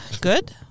good